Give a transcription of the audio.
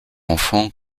enfant